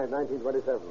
1927